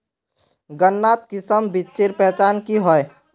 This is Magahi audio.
गन्नात किसम बिच्चिर पहचान की होय?